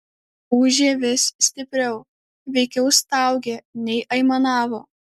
ūžė vis stipriau veikiau staugė nei aimanavo